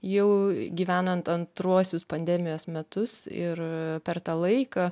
jau gyvenant antruosius pandemijos metus ir per tą laiką